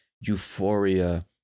euphoria